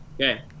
Okay